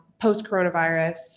post-coronavirus